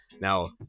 Now